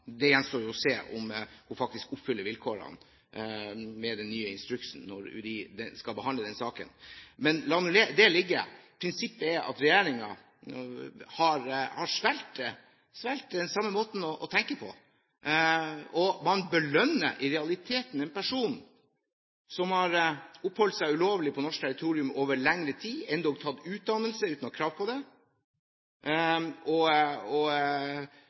Det gjenstår å se om hun faktisk oppfyller vilkårene med den nye instruksen når UDI skal behandle den saken. Men la det ligge. Prinsippet er at regjeringen har svelget den samme måten å tenke på, og man belønner i realiteten en person som har oppholdt seg ulovlig på norsk territorium over lengre tid, og som endog har tatt utdannelse uten å ha krav på det.